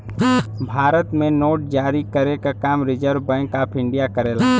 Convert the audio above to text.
भारत में नोट जारी करे क काम रिज़र्व बैंक ऑफ़ इंडिया करेला